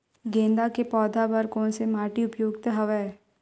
गेंदा के पौधा बर कोन से माटी उपयुक्त हवय?